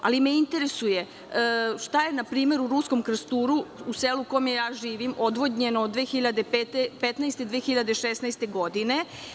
Ali, interesuje me šta je npr. u Ruskom Krsturu, u selu u kome ja živim, odvodnjeno od 2015. do 2016. godine?